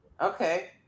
Okay